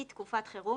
היא תקופת חירום,